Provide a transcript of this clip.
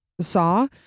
saw